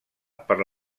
per